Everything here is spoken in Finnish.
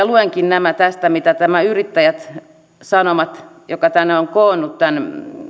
luenkin nämä tästä mitä nämä yrittäjät sanovat jotka tänne ovat koonneet tämän